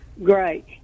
Great